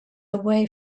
away